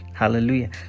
Hallelujah